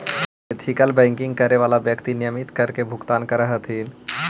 ethical banking करे वाला व्यक्ति नियमित कर के भुगतान करऽ हथिन